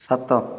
ସାତ